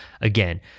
again